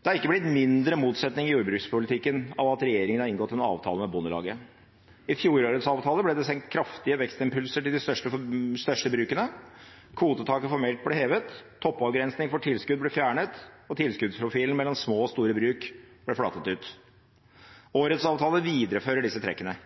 Det er ikke blitt mindre motsetninger i jordbrukspolitikken av at regjeringen har inngått en avtale med Bondelaget. I fjorårets avtale ble det sendt kraftige vekstimpulser til de største brukene, kvotetaket for melk ble hevet, toppavgrensning for tilskudd ble fjernet, og tilskuddsprofilen mellom små og store bruk ble flatet ut. Årets avtale viderefører disse trekkene.